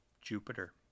Jupiter